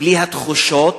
בלי התחושות,